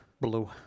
Blue